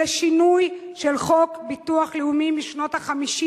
אלא שינוי של חוק ביטוח לאומי משנות ה-50,